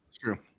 true